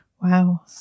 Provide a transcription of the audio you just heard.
Wow